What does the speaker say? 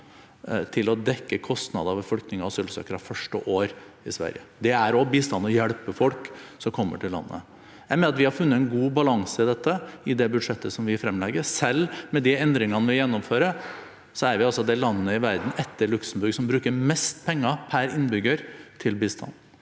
til å dekke kostnader ved flyktningers og asylsøkeres første år i Sverige. Det er også bistand å hjelpe folk som kommer til landet. Jeg mener at vi har funnet en god balanse på dette i det budsjettet som vi fremlegger. Selv med de endringene vi gjennomfører, er vi det landet i verden etter Luxemburg som bruker mest penger per innbygger til bistand.